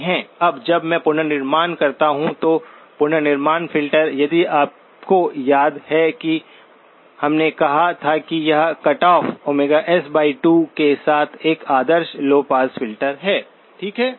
अब जब मैं पुनर्निर्माण करता हूं तो पुनर्निर्माण फ़िल्टर यदि आपको याद है कि हमने कहा था कि यह कट ऑफ s2 के साथ एक आदर्श लौ पास फिल्टर है ठीक है